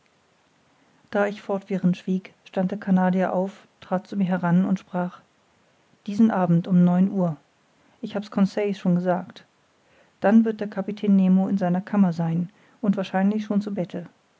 da ich fortwährend schwieg stand der canadier auf trat zu mir heran und sprach diesen abend um neun uhr ich hab's conseil schon gesagt dann wird der kapitän nemo in seiner kammer sein und wahrscheinlich schon zu bette